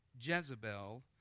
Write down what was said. Jezebel